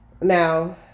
Now